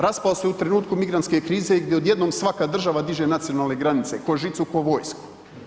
Raspao se u trenutku migrante krize i gdje odjednom svaka država diže nacionalne granice tko žicu, tko vojsku.